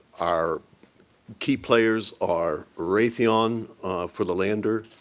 our key players are raytheon for the lander,